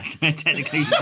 technically